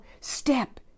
step